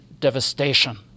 devastation